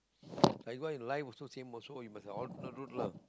like even in life also same also you must have alternate route lah